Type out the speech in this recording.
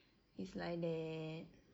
it's like that